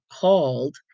called